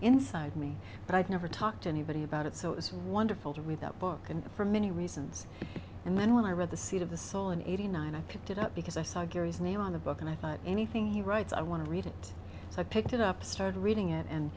inside me but i'd never talk to anybody about it so it's wonderful to read that book and for many reasons and then when i read the seat of the soul in eighty nine i picked it up because i saw gary's name on the book and i thought anything he writes i want to read it so i picked it up started reading it and